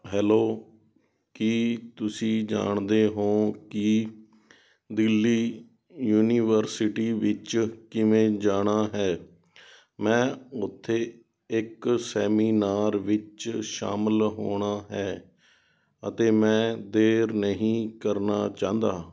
hello ਕੀ ਤੁਸੀਂ ਜਾਣਦੇ ਹੋ ਕੀ ਦਿੱਲੀ ਯੂਨੀਵਰਸਿਟੀ ਵਿੱਚ ਕਿਵੇਂ ਜਾਣਾ ਹੈ ਮੈਂ ਉੱਥੇ ਇੱਕ ਸੈਮੀਨਾਰ ਵਿੱਚ ਸ਼ਾਮਲ ਹੋਣਾ ਹੈ ਅਤੇ ਮੈਂ ਦੇਰ ਨਹੀਂ ਕਰਨਾ ਚਾਹੁੰਦਾ